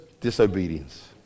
Disobedience